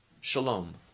Shalom